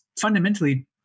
fundamentally